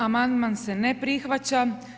Amandman se ne prihvaća.